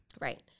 Right